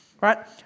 Right